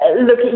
Look